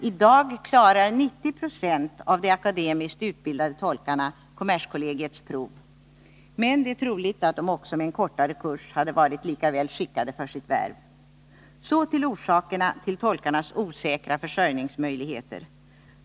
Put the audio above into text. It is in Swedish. I dag klarar 90 26 av de akademiskt utbildade tolkarna kommerskollegiets prov, men det är troligt att de också med en kortare kurs hade varit lika väl skickade för sitt värv. Så till orsakerna till tolkarnas osäkra försörjningsmöjligheter!